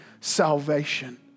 salvation